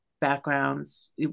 Backgrounds